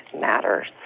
matters